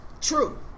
True